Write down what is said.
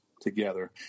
together